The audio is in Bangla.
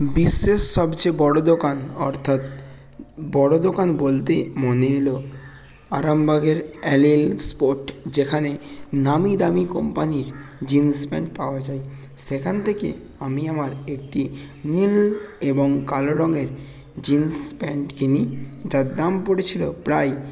বিশ্বের সবচেয়ে বড় দোকান অর্থাৎ বড় দোকান বলতে মনে এল আরামবাগের অ্যালেল স্পট যেখানে নামী দামি কোম্পানির জিন্স প্যান্ট পাওয়া যায় সেখান থেকে আমি আমার একটি নীল এবং কালো রঙের জিন্স প্যান্ট কিনি যার দাম পড়েছিল প্রায়